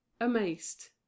amazed